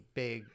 big –